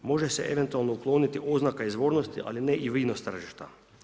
Može se eventualno ukloniti oznaka izvornosti, ali ne i vino iz tržišta.